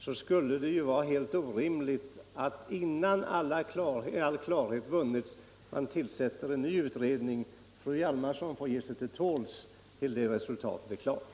Det 22 maj 1975 skulle ju vara helt orimligt att i den situationen tillsätta en ny utredning.